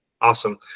Awesome